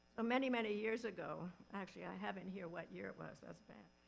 many, many years ago, actually i have in here what year it was, that's bad,